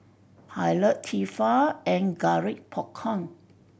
Pilot Tefal and Garrett Popcorn